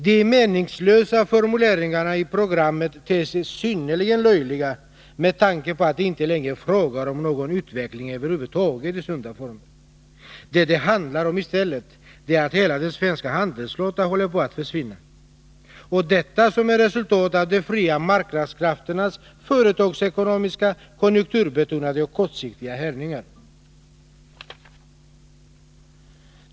De meningslösa formuleringarna i programmet ter sig synnerligen löjliga med tanke på att det inte längre är fråga om någon utveckling över huvud taget — än mindre i ”sunda former”. 2 Det handlar i stället om att hela den svenska handelsflottan håller på att försvinna; och detta som ett resultat av de fria marknadskrafternas företagsekonomiska, konjunkturbetonade och kortsiktiga härjningar.